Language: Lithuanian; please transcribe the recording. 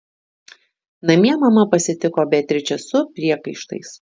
namie mama pasitiko beatričę su priekaištais